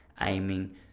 aiming